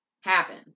happen